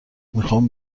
میخوان